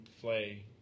play